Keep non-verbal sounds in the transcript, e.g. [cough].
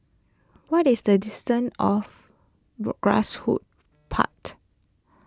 what is the distance of [unintelligible] grass hoot part